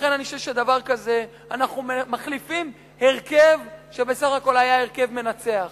לכן אני חושב שבדבר כזה אנחנו מחליפים הרכב שבסך הכול היה הרכב מנצח.